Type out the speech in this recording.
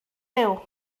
byw